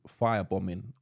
firebombing